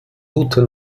route